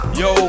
yo